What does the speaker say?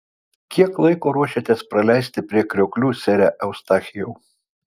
kiek laiko ruošiatės praleisti prie krioklių sere eustachijau